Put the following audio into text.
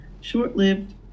short-lived